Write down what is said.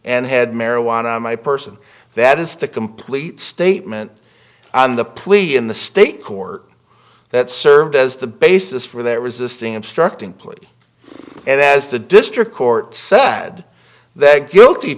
and had marijuana on my person that is the complete statement on the police in the state court that served as the basis for their resisting obstructing plea and as the district court said that guilty